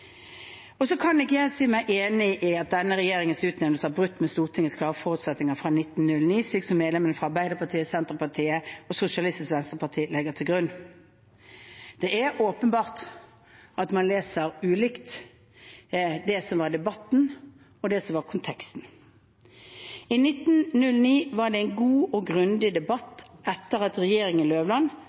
kan ikke si meg enig i at denne regjeringens utnevnelser har brutt med Stortingets klare forutsetninger fra 1909, slik medlemmene fra Arbeiderpartiet, Senterpartiet og Sosialistisk Venstreparti legger til grunn. Det er åpenbart at man leser ulikt det som var debatten, og det som var konteksten. I 1909 var det en god og grundig debatt etter at regjeringen Løvland